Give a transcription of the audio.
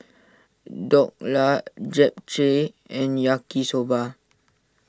Dhokla Japchae and Yaki Soba